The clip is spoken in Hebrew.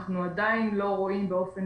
אנחנו עדיין לא רואים באופן